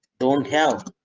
don't help